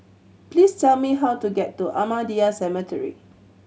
please tell me how to get to Ahmadiyya Cemetery